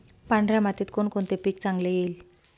पांढऱ्या मातीत कोणकोणते पीक चांगले येईल?